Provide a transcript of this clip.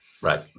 Right